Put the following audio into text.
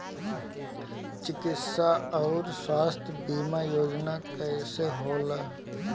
चिकित्सा आऊर स्वास्थ्य बीमा योजना कैसे होला?